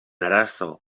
arazo